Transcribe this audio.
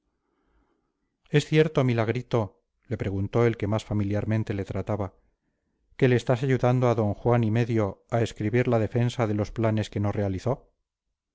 es cierto milagrito le preguntó el que más familiarmente le trataba que le estás ayudando ad juan y medio a escribir la defensa de los planes que no realizó